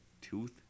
tooth